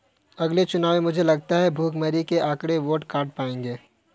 अगले चुनाव में मुझे लगता है भुखमरी के आंकड़े वोट काट पाएंगे